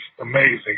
amazing